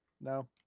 No